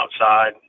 outside